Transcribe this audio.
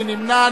מי נמנע?